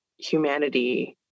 humanity